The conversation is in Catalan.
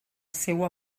seua